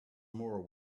more